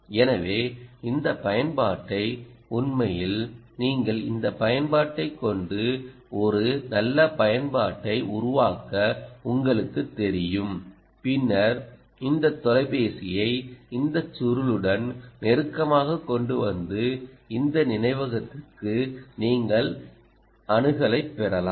எனவே இந்த பயன்பாட்டை உண்மையில் நீங்கள் இந்த பயன்பாட்டைக் கொண்டு ஒரு நல்ல பயன்பாட்டை உருவாக்க உங்களுக்குத் தெரியும் பின்னர் இந்த தொலைபேசியை இந்த சுருளுடன் நெருக்கமாகக் கொண்டு வந்து இந்த நினைவகத்திற்கு நீங்கள் அணுகலைப் பெறலாம்